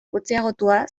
gutxiagotua